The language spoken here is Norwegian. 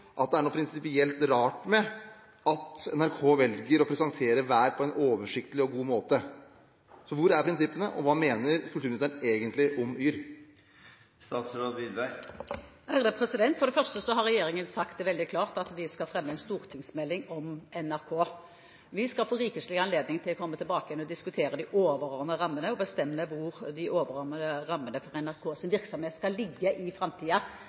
at det er noe prinsipielt rart med at NRK velger å presentere vær på en oversiktlig og god måte. Hvor er prinsippene, og hva mener kulturministeren egentlig om yr.no? For det første har regjeringen sagt veldig klart at vi skal legge fram en stortingsmelding om NRK. Vi skal få rikelig anledning til å komme tilbake og diskutere de overordnede rammene, og bestemme hvor de overordnede rammene for NRKs virksomhet skal ligge i